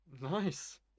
Nice